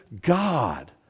God